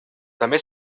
també